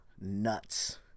nuts